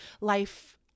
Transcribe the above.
life